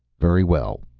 very well,